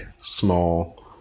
small